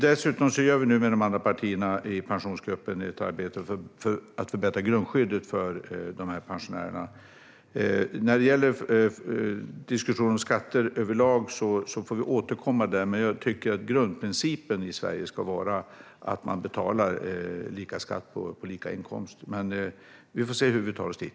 Dessutom gör vi nu tillsammans med de andra partierna i Pensionsgruppen ett arbete för att förbättra grundskyddet för pensionärerna. När det gäller diskussionen om skatter överlag får vi återkomma, men jag tycker att grundprincipen i Sverige ska vara att man betalar lika skatt på lika inkomst. Vi får se hur vi tar oss dit.